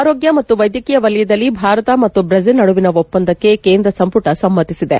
ಆರೋಗ್ಯ ಮತ್ತು ವೈದ್ಯಕೀಯ ವಲಯದಲ್ಲಿ ಭಾರತ ಮತ್ತು ಬ್ರೆಜಿಲ್ ನಡುವಿನ ಒಪ್ಪಂದಕ್ಕೆ ಕೇಂದ್ರ ಸಂಪುಟ ಸಮ್ನತಿಸಿದೆ